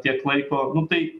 tiek laiko nu tai